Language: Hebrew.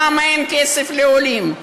למה אין כסף לעולים?